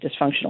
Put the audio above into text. dysfunctional